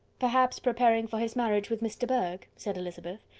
perhaps preparing for his marriage with miss de bourgh, said elizabeth.